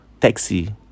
taxi